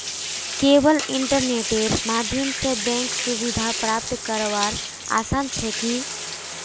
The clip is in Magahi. केवल इन्टरनेटेर माध्यम स बैंक सुविधा प्राप्त करवार आसान छेक की